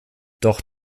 doch